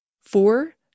four